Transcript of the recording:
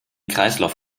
kreislauf